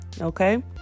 Okay